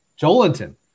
Jolinton